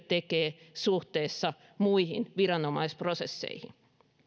tekevät suhteessa muihin viranomaisprosesseihin